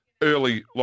early